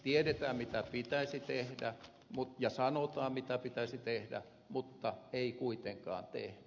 tiedetään mitä pitäisi tehdä ja sanotaan mitä pitäisi tehdä mutta ei kuitenkaan tehdä